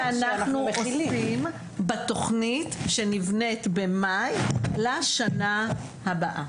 אז זה מה שאנחנו עושים בתוכנית שנבנית במאי לשנה הבאה.